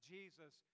Jesus